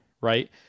right